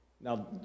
Now